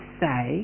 say